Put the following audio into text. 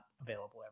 available